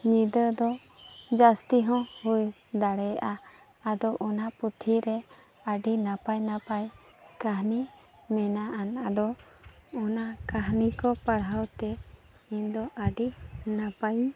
ᱧᱤᱫᱟᱹᱫᱚ ᱡᱟᱥᱛᱤᱦᱚᱸ ᱦᱩᱭ ᱫᱟᱲᱮᱭᱟᱜᱼᱟ ᱟᱫᱚ ᱚᱱᱟ ᱯᱩᱛᱷᱤᱨᱮ ᱟᱰᱤ ᱱᱟᱯᱟᱭ ᱱᱟᱯᱟᱭ ᱠᱟᱦᱱᱤ ᱢᱟᱱᱮᱟᱜ ᱟᱱ ᱟᱫᱚ ᱚᱱᱟ ᱠᱟᱦᱱᱤ ᱠᱚ ᱯᱟᱲᱦᱟᱣᱛᱮ ᱤᱧᱫᱚ ᱟᱹᱰᱤ ᱱᱟᱯᱟᱭᱤᱧ